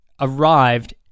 arrived